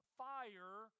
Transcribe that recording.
fire